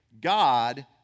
God